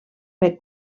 bec